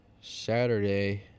Saturday